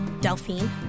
Delphine